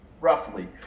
roughly